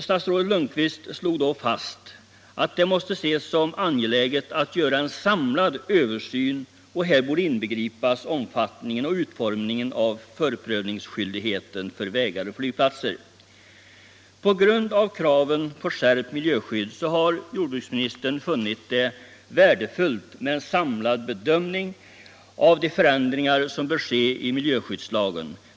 Statsrådet Lundkvist slog då fast att det måste ses som angeläget att göra en samlad översyn och att i den borde inbegripas omfattningen och utformningen av förprövningsskyldigheten för vägar och flygplatser. På grund av kraven på skärpt miljöskydd har jordbruksministern funnit det värdefullt med en samlad bedömning av de förändringar som bör ske i miljöskyddslagen.